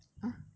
!huh!